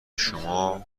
شما